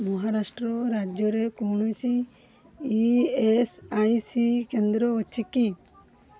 ମହାରାଷ୍ଟ୍ର ରାଜ୍ୟରେ କୌଣସି E S I C କେନ୍ଦ୍ର ଅଛି କି